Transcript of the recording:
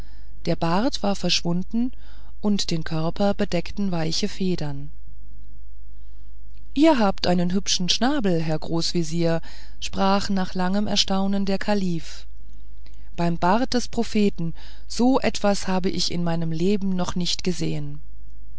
der bart war verschwunden und den körper bedeckten weiche federn ihr habt einen hübschen schnabel herr großvezier sprach nach langem erstaunen der kalif beim bart des propheten so etwas habe ich in meinem leben nicht gesehen